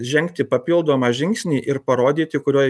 žengti papildomą žingsnį ir parodyti kurioj